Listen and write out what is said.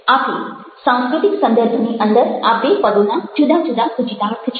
આથી સાંસ્કૃતિક સંદર્ભની અંદર આ બે પદોના જુદા જુદા સૂચિતાર્થ છે